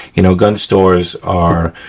you know, gun stores are,